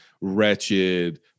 wretched